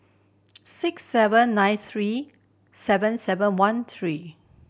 six seven nine three seven seven one three